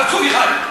איזו חוצפה, חצוף אחד.